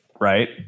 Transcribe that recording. Right